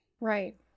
Right